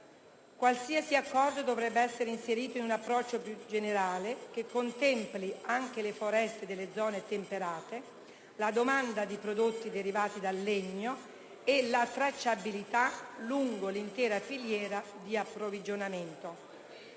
Qualsiasi accordo dovrebbe essere inserito in un approccio più generale, che contempli anche le foreste delle zone temperate, la domanda di prodotti derivati dal legno e la tracciabilità lungo l'intera filiera di approvvigionamento.